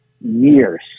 years